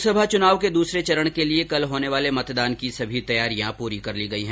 लोकसभा चुनाव के दूसरे चरण के लिए कल होने वाले मतदान की सभी तैयारियां पूरी कर ली गई हैं